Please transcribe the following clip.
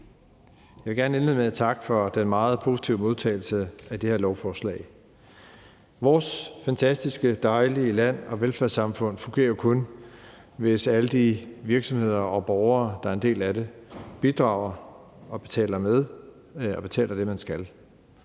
Jeg vil gerne indlede med at takke for den meget positive modtagelse af det her lovforslag. Vores fantastiske, dejlige land og velfærdssamfund fungerer jo kun, hvis alle de virksomheder og borgere, der er en del af det, bidrager og betaler med og betaler